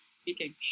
speaking